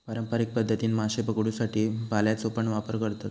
पारंपारिक पध्दतीन माशे पकडुसाठी भाल्याचो पण वापर करतत